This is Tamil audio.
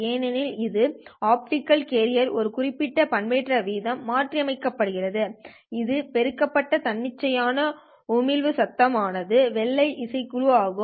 ஏனெனில் இது ஆப்டிகல் கேரியர் ஒரு குறிப்பிட்ட பண்பேற்றம் வீதம் மாற்றியமைக்கப்படுகிறது இந்த பெருக்கப்பட்ட தன்னிச்சையான உமிழ்வு சத்தம் ஆனது வெள்ளை இசைக்குழ ஆகும்